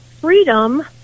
freedom